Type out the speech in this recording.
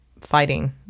fighting